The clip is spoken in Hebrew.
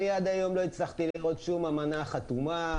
עד היום לא הצלחתי לראות שום אמנה חתומה,